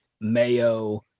mayo